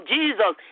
Jesus